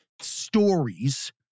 stories